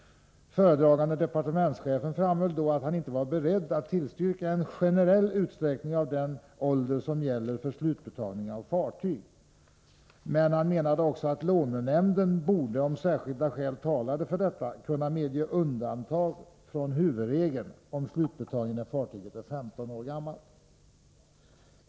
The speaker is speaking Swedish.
Föredragande departementschefen framhöll då att han inte var beredd att tillstyrka en generell utsträckning av den ålder som gäller för slutbetalning av fartyg. Men han menade att lånenämnden — om särskilda skäl talade för detta — borde kunna medge undantag från huvudregeln om slutbetalning när fartyget är 15 år gammalt.